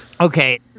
Okay